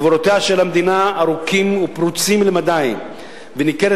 גבולותיה של המדינה ארוכים ופרוצים למדי וניכרת